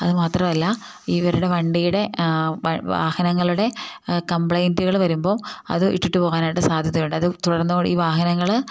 അതു മാത്രമല്ല ഇവരുടെ വണ്ടിയുടെ വാഹനങ്ങളുടെ കംപ്ലൈൻ്റുകൾ വരുമ്പോൾ അത് ഇട്ടിട്ട് പോകാനായിട്ട് സാധ്യതയുണ്ട് അത് തുടരുന്ന വഴി ഈ വാഹനങ്ങൾ